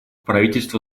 правительство